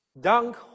dunk